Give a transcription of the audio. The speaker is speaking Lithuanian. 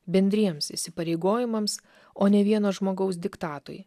bendriems įsipareigojimams o ne vieno žmogaus diktatui